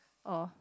oh